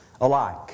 alike